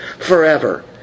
forever